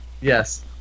Yes